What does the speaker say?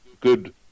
good